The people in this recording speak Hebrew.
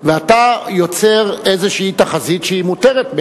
ואתה יוצר תחזית כלשהי שהיא מותרת,